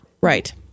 Right